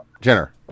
Jenner